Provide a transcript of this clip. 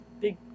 Big